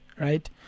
right